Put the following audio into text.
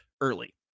early